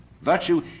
Virtue